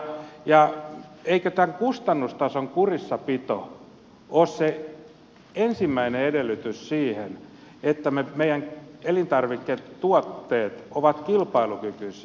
ja eikö tämän kustannustason kurissapito ole se ensimmäinen edellytys sille että meidän elintarviketuotteet ovat kilpailukykyisiä